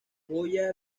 joya